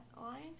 line